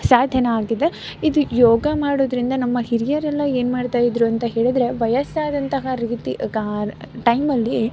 ಸಾಧನ ಆಗಿದೆ ಇದು ಯೋಗ ಮಾಡುವುದರಿಂದ ನಮ್ಮ ಹಿರಿಯರೆಲ್ಲ ಏನು ಮಾಡ್ತಾಯಿದ್ದರು ಅಂತ ಹೇಳಿದರೆ ವಯಸ್ಸಾದಂತಹ ರೀತಿ ಗ ಟೈಮಲ್ಲಿ